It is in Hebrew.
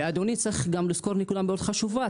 ואדוני צריך גם לזכור נקודה מאוד חשובה.